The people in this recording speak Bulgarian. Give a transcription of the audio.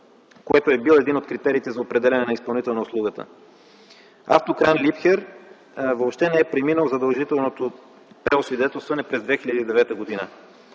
което е бил един от критериите за определяне на изпълнител на услугата. Автокран LIEBHERR въобще не е преминал задължителното преосвидетелстване през 2009 г.